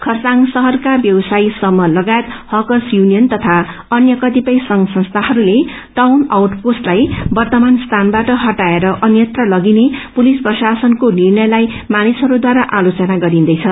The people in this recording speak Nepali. खरसाङ शहरका व्यवसयी समूह लगायत हर्कस युनियन तथा अन्य कतिपय संघ संस्थानहरूले टउन आउट पोस्टलाई वर्तमान स्थानबाट हटाएर अन्यत्र लगिने पुलिस प्रशानको निष्ट्रयलाई मानिसहरूद्वारा आलोचना गरिन्दैछ